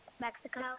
Mexico